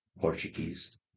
Portuguese